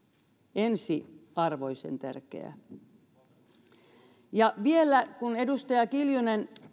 ensiarvoisen tärkeää vielä kun edustaja kiljunen